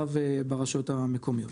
המצב ברשויות המקומיות.